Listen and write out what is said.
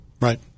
Right